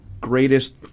greatest